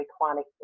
chronic